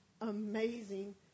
amazing